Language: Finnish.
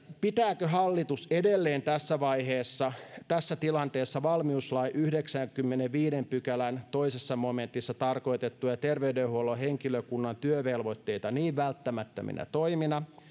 pitääkö hallitus edelleen tässä vaiheessa tässä tilanteessa valmiuslain yhdeksännenkymmenennenviidennen pykälän toisessa momentissa tarkoitettuja terveydenhuollon henkilökunnan työvelvoitteita niin välttämättöminä toimina